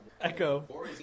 Echo